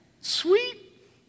sweet